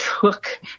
took